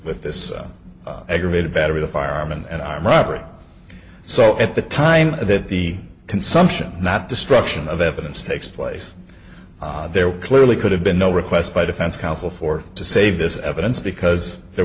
with this aggravated battery a firearm and armed robbery so at the time that the consumption not destruction of evidence takes place there clearly could have been no request by defense counsel for to save this evidence because there